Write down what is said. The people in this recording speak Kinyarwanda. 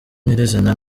nyir’izina